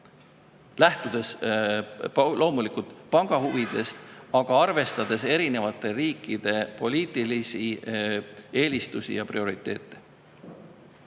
lähtudes loomulikult panga huvidest, aga arvestades ka eri riikide poliitilisi eelistusi ja prioriteete.